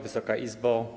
Wysoka Izbo!